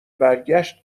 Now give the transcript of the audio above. برگشت